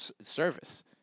service